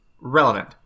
relevant